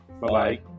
bye